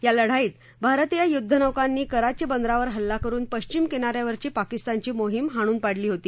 या लढाईत भारतीय यु नौकांनी कराची बंदरावर ह ला क न पशिम किना यावरची पाकि तानची मोहिम हाणून पाडली होती